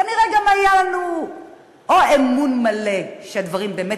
כנראה גם היה לנו או אמון מלא שהדברים באמת